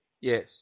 Yes